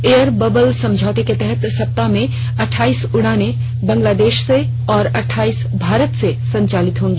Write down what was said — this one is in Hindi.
एयर बबल समझौते के तहत सप्ताह में अट्ठाइस उड़ानें बांग्लादेश से और अट्ठाइस भारत से संचालित होगी